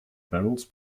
barrels